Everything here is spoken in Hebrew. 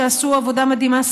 שעשו עבודה מדהימה,